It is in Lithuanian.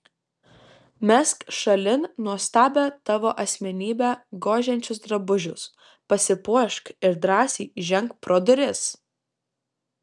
mesk šalin nuostabią tavo asmenybę gožiančius drabužius pasipuošk ir drąsiai ženk pro duris